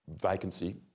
vacancy